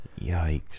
Yikes